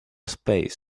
space